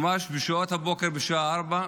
ממש בשעות הבוקר, בשעה 04:00,